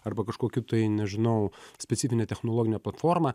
arba kažkokiu tai nežinau specifine technologine platforma